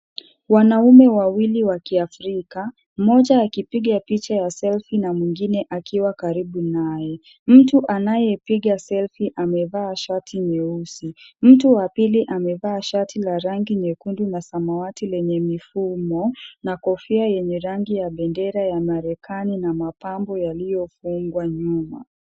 Wanaume wawili wa kiafrika, mmoja akipiga picha ya selfie na mwingine akiwa karibu naye. Mtu anayepiga selfie amevaa shati nyeusi. Mtu wa pili amevaa shati la rangi nyekundu na samawati lenye mifumo na kofia yenye rangi ya bendera ya Marekani na mapambo yaliyofungwa nyuma.